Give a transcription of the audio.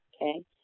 Okay